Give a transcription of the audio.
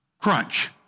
crunch